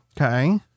Okay